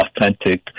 authentic